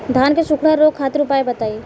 धान के सुखड़ा रोग खातिर उपाय बताई?